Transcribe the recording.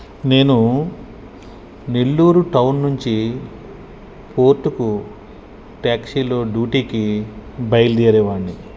నేనూ నెల్లూరు టౌన్ నుంచి పోర్టుకు ట్యాక్సీలో డ్యూటీకి బయలుదేరేవాడ్ని